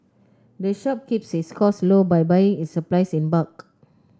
the shop keeps its costs low by buying its supplies in bulk